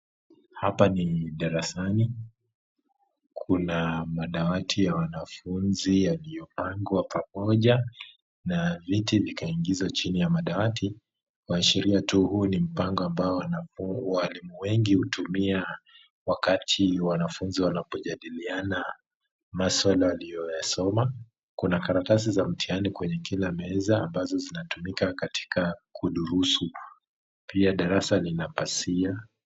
Hapa ni darasani, kuna madawati ya wanafunzi yaliyopangwa pamoja, na viti zikaingizwa chini ya madawati kuashiria tu huu ni mpango ambao walimu wengi hutumia wakati wanafunzi wanapojadiliana maswala waliyoyasoma, kuna karatasi za mtihani kwenye kila meza ambazo zinatumika katika kudurusu, pia darasa lina pazia.